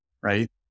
right